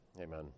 Amen